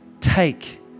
take